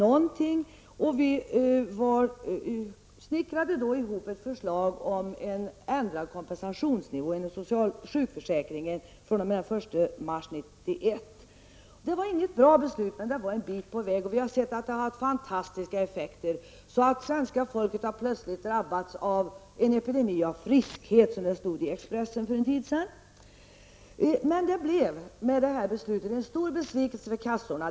Vi har därför snickrat ihop ett förslag om en ändrad kompensationsnivå inom sjukförsäkringen gäller fr.o.m. den 1 mars 1991. Det var dock inte ett bra beslut. Men vi har i alla fall kommit en bit på vägen. Vi har också sett att det här har fått fantastiska effekter. Plötsligt har ju svenska folket drabbats av en epidemi av friskhet, som det stod att läsa i Expressen i för en tid sedan. Det här beslutet blev emellertid en besvikelse för personalen vid kassorna.